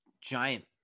giant